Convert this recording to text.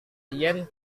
yen